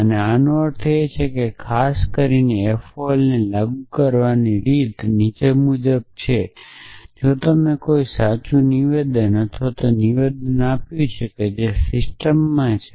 અને આનો અર્થ એ છે કે ખાસ કરીને તે FOL ને લાગુ કરવાની રીત નીચે મુજબ છે કે જો તમે કોઈ સાચું નિવેદન અથવા નિવેદન આપ્યું છે જે સિસ્ટમમાં છે